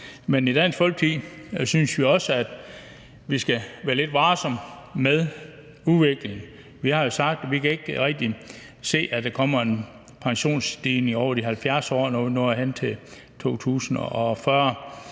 Men i Dansk Folkeparti synes vi, at vi skal være lidt varsomme med udviklingen. Vi har sagt, at vi ikke rigtig kan se, at der kan komme en pensionsaldersstigning over de 70 år, når vi når hen til 2040.